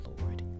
Lord